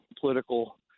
political